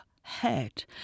head